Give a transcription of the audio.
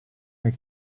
nel